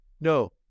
No